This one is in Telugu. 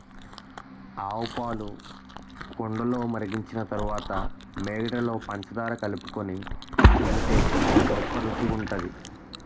ఆవుపాలు కుండలో మరిగించిన తరువాత మీగడలో పంచదార కలుపుకొని తింటే గొప్ప రుచిగుంటది